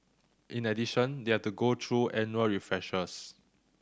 in addition they have to go through annual refreshers